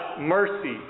mercy